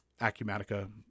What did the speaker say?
Acumatica